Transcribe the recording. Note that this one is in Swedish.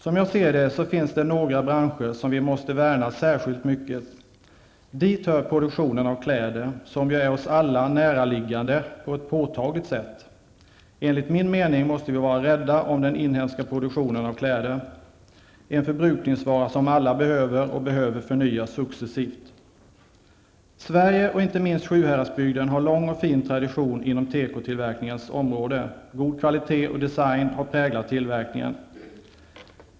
Som jag ser det finns det några branscher som vi måste värna särskilt mycket om. Dit hör produktionen av kläder, som ju är oss alla näraliggande på ett påtagligt sätt. Enligt min mening måste vi vara rädda om den inhemska produktionen av kläder. Det handlar om en förbrukningsvara som alla behöver och som behöver förnyas successivt. Sverige, och inte minst Sjuhäradsbygden, har lång och fin tradition inom tekotillverkningens område. God kvalitet och design har präglat tillverkningen.